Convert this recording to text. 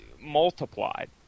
multiplied